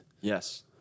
Yes